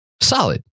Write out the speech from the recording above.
solid